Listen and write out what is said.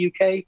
uk